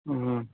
ம் ம்